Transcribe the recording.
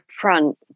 front